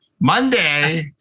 Monday